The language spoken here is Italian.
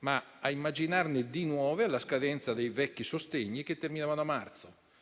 ma a immaginarne di nuove alla scadenza dei vecchi sostegni che terminavano a marzo